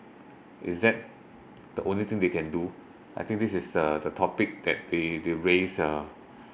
is that the only thing they can do I think this is uh the topic that they they raised uh